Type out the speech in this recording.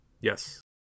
Yes